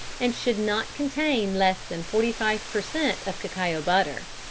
and should not contain less than forty five per cent. of cacao butter.